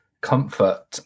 comfort